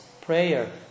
prayer